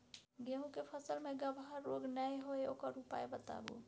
गेहूँ के फसल मे गबहा रोग नय होय ओकर उपाय बताबू?